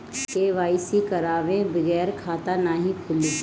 KYC करवाये बगैर खाता नाही खुली?